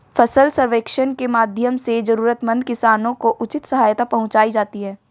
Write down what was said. फसल सर्वेक्षण के माध्यम से जरूरतमंद किसानों को उचित सहायता पहुंचायी जाती है